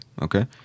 okay